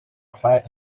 clare